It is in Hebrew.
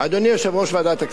אדוני יושב-ראש ועדת הכספים,